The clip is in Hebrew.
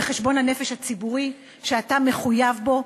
בחשבון הנפש הציבורי שאתה מחויב בו,